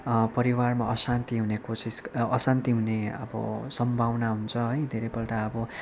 परिवारमा अशान्ति हुने कोसिस अशान्ति हुने अब सम्भावना हुन्छ है धेरैपल्ट अब